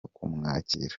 kumwakira